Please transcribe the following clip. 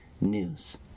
news